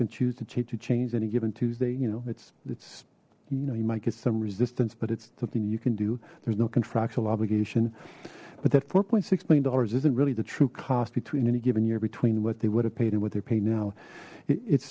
can choose to change changed any given tuesday you know it's it's you know you might get some resistance but it's something you can do there's no contractual obligation but that four six million dollars isn't really the true cost between any given year between what they would have paid and what their pay now it's